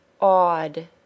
odd